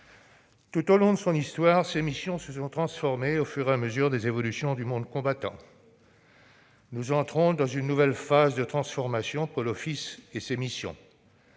Tout au long de son histoire, ses missions se sont transformées au fur et à mesure des évolutions du monde combattant. Nous entrons dans une nouvelle phase de transformation pour l'Office et ses missions.